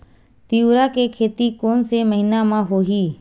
तीवरा के खेती कोन से महिना म होही?